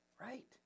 right